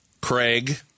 Craig